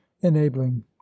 enabling